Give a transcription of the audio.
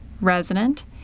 resident